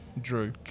Drew